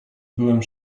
byłem